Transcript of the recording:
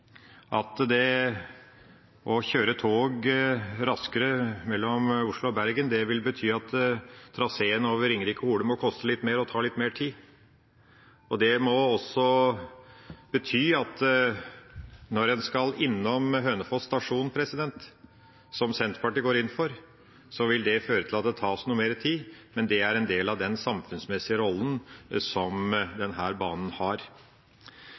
at det å kjøre tog raskere mellom Oslo og Bergen vil bety at traseen over Ringerike og Hole må koste litt mer og ta litt mer tid. Det må også bety at når en skal innom Hønefoss stasjon, som Senterpartiet går inn for, vil det føre til at det tar noe mer tid, men det er en del av den samfunnsmessige rollen som denne banen har.